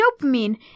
dopamine